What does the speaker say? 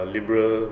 Liberal